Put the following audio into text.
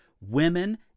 women